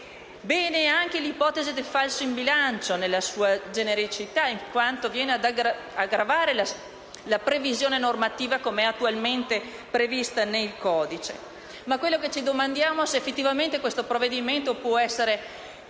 Bene anche l'ipotesi del falso in bilancio nella sua genericità, in quanto viene ad aggravare la previsione normativa attualmente contenuta nel codice. Ma quello che ci domandiamo è se questo provvedimento possa essere